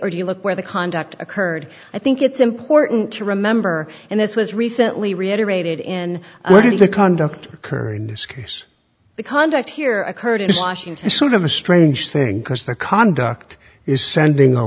or do you look where the conduct occurred i think it's important to remember and this was recently reiterated in order to conduct occur in this case the conduct here occurred in washington sort of a strange thing because the conduct is sending a